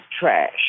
Trash